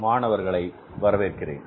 மாணவர்களை வரவேற்கிறேன்